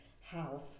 health